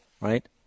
right